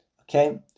Okay